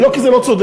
ולא כי זה לא צודק.